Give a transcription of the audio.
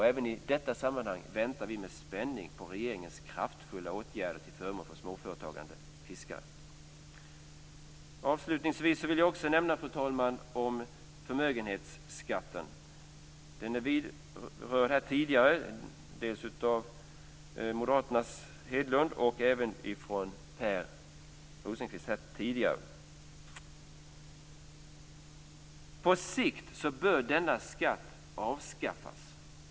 Även i detta sammanhang väntar vi med spänning på regeringens kraftfulla åtgärder till förmån för småföretagande fiskare. Avslutningsvis vill jag också nämna förmögenhetsskatten, fru talman. Den vidrördes här tidigare dels av Moderaternas Hedlund, dels av Per Rosengren. På sikt bör denna skatt avskaffas.